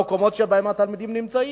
במקומות שבהם התלמידים נמצאים,